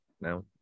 now